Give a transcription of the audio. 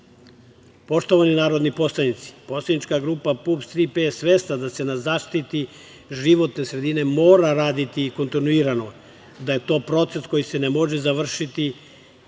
izdaju. Poštovani narodni poslanici, poslanička grupa PUPS – „Tri P“ je svesna da se na zaštiti životne sredine mora raditi kontinuirano, da je to proces koji se ne može završiti